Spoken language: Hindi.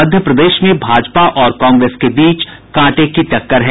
मध्य प्रदेश में भाजपा और कांग्रेस के बीच कांटे की टक्कर है